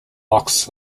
rocks